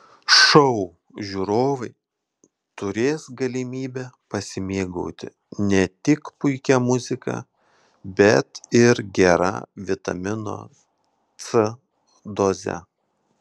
šou žiūrovai turės galimybę pasimėgauti ne tik puikia muzika bet ir gera vitamino c doze